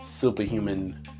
Superhuman